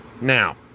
Now